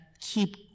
keep